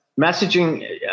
messaging